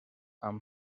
amb